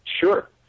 Sure